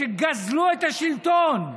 שגזלו את השלטון,